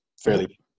fairly